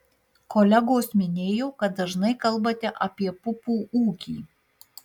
kolegos minėjo kad dažnai kalbate apie pupų ūkį